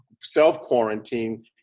self-quarantine